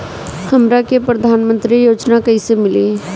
हमरा के प्रधानमंत्री योजना कईसे मिली?